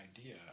idea